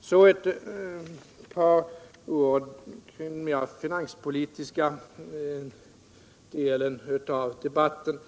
Så några ord till den mera finanspolitiska delen av debatten.